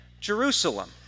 Jerusalem